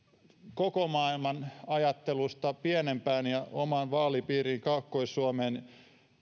koko maailman ajattelusta pienempään ja omaan vaalipiiriini kaakkois suomeen